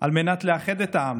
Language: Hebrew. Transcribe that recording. על מנת לאחד את העם.